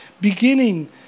beginning